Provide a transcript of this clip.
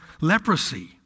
leprosy